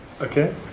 Okay